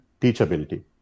teachability